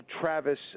Travis